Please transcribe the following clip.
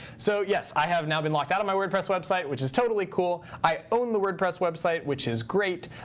so yes, i have now been locked out of my wordpress website, which is totally cool. i own the wordpress website, which is great.